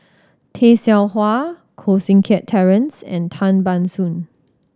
Tay Seow Huah Koh Seng Kiat Terence and Tan Ban Soon